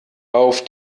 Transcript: auf